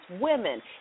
women